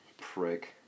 prick